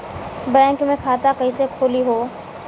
Bank मे खाता कईसे खुली हो?